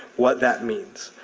what that means,